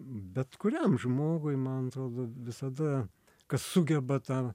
bet kuriam žmogui man atrodo visada kas sugeba tą